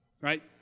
Right